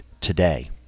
today